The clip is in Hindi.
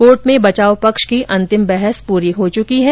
कोर्ट में बचाव पक्ष की अंतिम बहस पूरी हो चुकी है